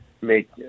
make